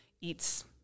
eats